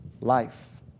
life